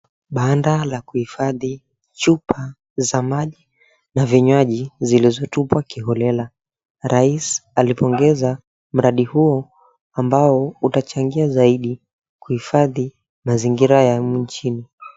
Banda la kuhifadhi chupa za maji na vinywaji zilizotupwa kiholela, rais alipongeza mradi huo ambao utachangia zaidi kuhifadhi mazingira ya humu nchini.